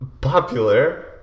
popular